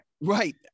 right